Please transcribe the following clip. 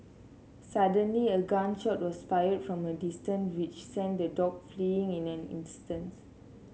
suddenly a gun shot was fired from a distance which sent the dogs fleeing in an instant